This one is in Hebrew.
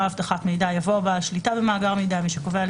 "אבטחת מידע" יבוא: ""בעל שליטה במאגר מידע" מי שקובע,